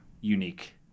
unique